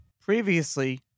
Previously